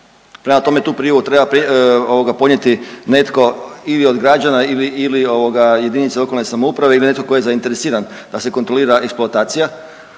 prema tome tu prijavu treba podnijeti netko ili od građana ili ovoga jedinice lokalne samouprave ili netko tko je zainteresiran da se kontrolira eksploatacija